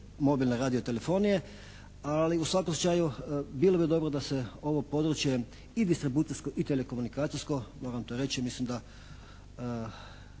mobilne radio telefonije, ali u svakom slučaju bilo bi dobro da se ovo područje i distribucijsko i telekomunikacijsko, moram to reći, mislim da